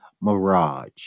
Mirage